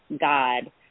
God